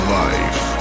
life